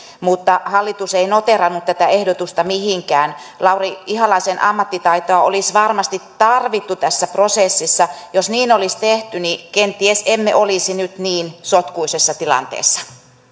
mutta hallitus ei noteerannut tätä ehdotusta mihinkään lauri ihalaisen ammattitaitoa olisi varmasti tarvittu tässä prosessissa jos niin olisi tehty niin kenties emme olisi nyt niin sotkuisessa tilanteessa